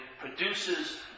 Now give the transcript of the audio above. produces